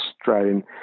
Australian